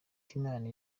imana